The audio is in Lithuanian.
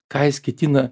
ką jis ketina